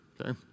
okay